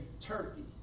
Turkey